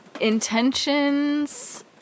Intentions